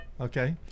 Okay